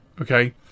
Okay